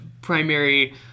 primary